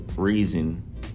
reason